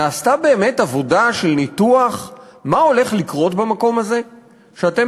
נעשתה באמת עבודה של ניתוח מה הולך לקרות במקום הזה שאתם